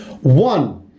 One